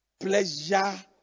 pleasure